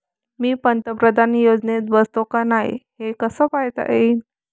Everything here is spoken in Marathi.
मी पंतप्रधान योजनेत बसतो का नाय, हे कस पायता येईन?